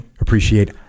appreciate